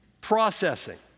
processing